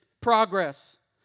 progress